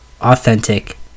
Authentic